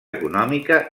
econòmica